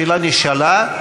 השאלה נשאלה,